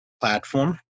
platform